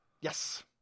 Yes